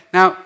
Now